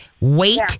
wait